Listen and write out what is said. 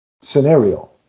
scenario